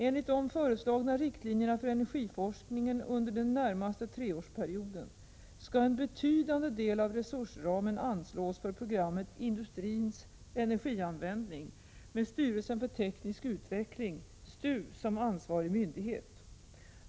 Enligt de föreslagna riktlinjerna för energiforskningen under den närmaste treårsperioden skall en betydande del av resursramen anslås för programmet Industrins energianvändning, med styrelsen för teknisk utveckling, STU, som ansvarig myndighet.